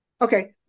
Okay